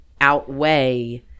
outweigh